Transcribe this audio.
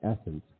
essence